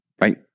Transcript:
right